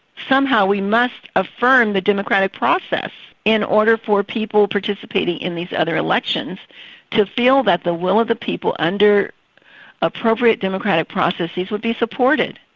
somehow we must affirm the democratic process in order for people participating in these other elections to feel that the will of the people under appropriate democratic processes will be supported.